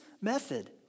method